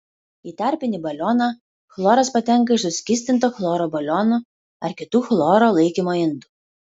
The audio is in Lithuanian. į tarpinį balioną chloras patenka iš suskystinto chloro balionų ar kitų chloro laikymo indų